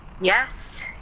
Yes